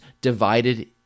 divided